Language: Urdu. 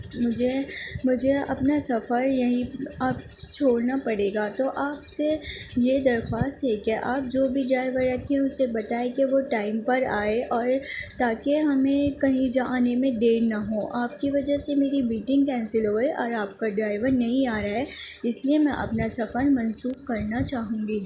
مجھے مجھے اپنا سفر یہیں اب چھورنا پڑے گا تو آپ سے یہ درخواست ہے کہ آپ جو بھی ڈرائیور رکھیں اسے یہ بتائیں کہ وہ ٹائم پر آئے اور تاکہ ہمیں کہیں جانے میں دیر نہ ہو آپ کی وجہ سے میری میٹنگ کینسل ہو گئی اور آپ کا ڈرائیور نہیں آ رہا ہے اس لیے میں اپنا سفر منسوخ کرنا چاہوں گی